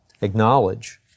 acknowledge